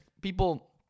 people